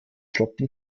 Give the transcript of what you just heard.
trocken